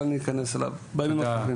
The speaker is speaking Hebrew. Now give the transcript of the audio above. אבל אני אכנס אליו בימים הקרובים.